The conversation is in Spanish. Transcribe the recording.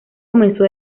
comenzó